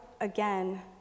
again